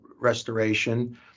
restoration